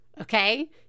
Okay